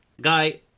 guy